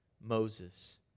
Moses